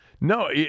no